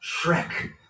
Shrek